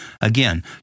again